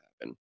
happen